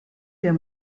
der